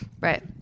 Right